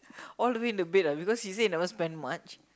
all the way in the bed ah because he say he never spend much